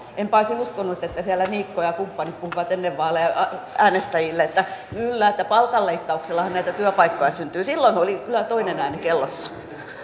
enpä olisi uskonut että siellä niikko ja kumppanit olisivat puhuneet ennen vaaleja äänestäjille että kyllä palkanleikkauksellahan näitä työpaikkoja syntyy silloin oli kyllä toinen ääni kellossa